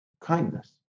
Kindness